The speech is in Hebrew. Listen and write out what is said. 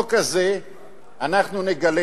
בחוק הזה אנחנו נגלה